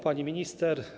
Pani Minister!